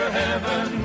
heaven